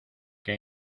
que